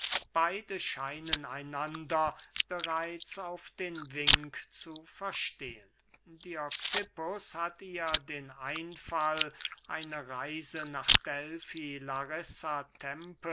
beide scheinen einander bereits auf den wink zu verstehen dioxippus hat ihr den einfall eine reise nach delfi larissa tempe